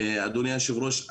אדוני היושב-ראש,